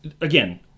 Again